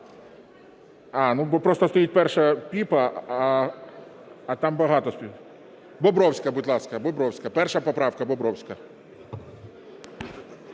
А, бо просто стоїть перша – Піпа, а там багато стоїть. Бобровська, будь ласка. 1 поправка, Бобровська.